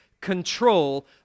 control